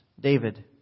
David